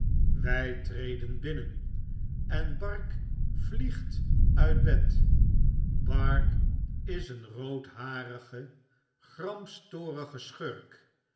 wy treden binnen en bark vliegt uit bed bark is een roodharige gramstorige